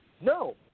No